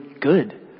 good